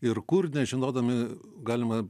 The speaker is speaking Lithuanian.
ir kur nežinodami galima